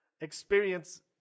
experience